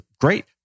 great